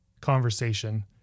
conversation